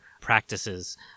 practices